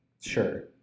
Sure